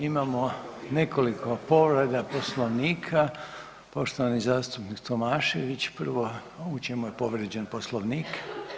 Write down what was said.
Imamo nekoliko povreda Poslovnika, poštovani zastupnik Tomašević prvo, u čemu je povrijeđen Poslovnik?